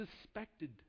suspected